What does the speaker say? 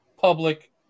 public